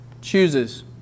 chooses